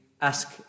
Ask